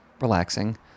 relaxing